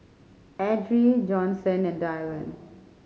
Edrie Johnson and Dyllan